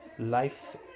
life